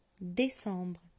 Décembre